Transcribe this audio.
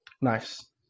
nice